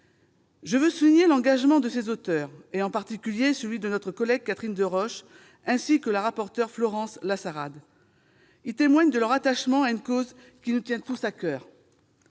Je veux souligner l'engagement de ses auteurs, en particulier celui de notre collègue Catherine Deroche, ainsi que celui de Mme la rapporteure Florence Lassarade. Il témoigne de leur attachement à une cause qui nous tient tous à coeur.